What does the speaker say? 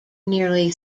nearly